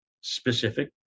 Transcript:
specific